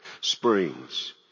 springs